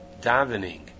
davening